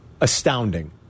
astounding